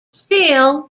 still